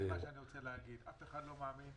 אף אחד לא מאמין,